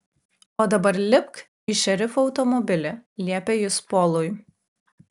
o dabar lipk į šerifo automobilį liepė jis polui